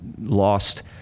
lost